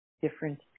different